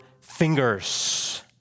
fingers